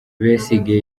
besigye